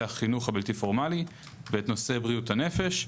החינוך הבלתי פורמלי ואת נושא בריאות הנפש,